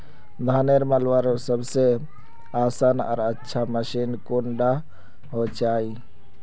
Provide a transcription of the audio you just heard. धानेर मलवार सबसे आसान आर अच्छा मशीन कुन डा होचए?